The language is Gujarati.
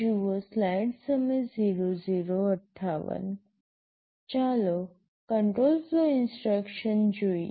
ચાલો કંટ્રોલ ફ્લો ઇન્સટ્રક્શન જોઈએ